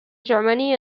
germany